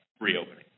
reopening